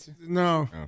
No